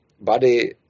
body